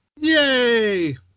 Yay